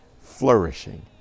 flourishing